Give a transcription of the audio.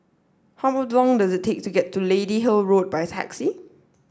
how long does it take to get to Lady Hill Road by taxi